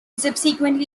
subsequently